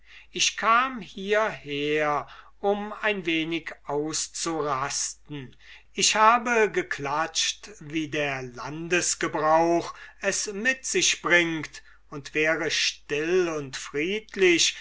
ich kam hieher um ein wenig auszurasten ich habe geklatscht wie's der landesgebrauch mit sich bringt und wäre still und friedlich